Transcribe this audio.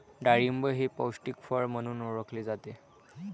डाळिंब हे पौष्टिक फळ म्हणून ओळखले जाते